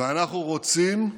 ואנחנו רוצים,